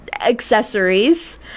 accessories